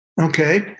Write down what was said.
Okay